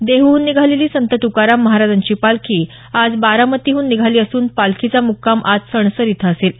देहूहून निघालेली संत तुकाराम महाराजांची पालखी आज बारामतीहून निघाली असून पालखीचा मुक्काम आज सणसर इथं असेल